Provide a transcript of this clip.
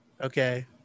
Okay